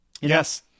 Yes